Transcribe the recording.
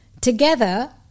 Together